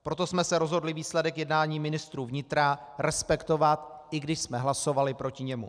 Proto jsme se rozhodli výsledek jednání ministrů vnitra respektovat, i když jsme hlasovali proti němu.